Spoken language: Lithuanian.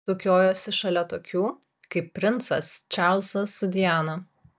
sukiojosi šalia tokių kaip princas čarlzas su diana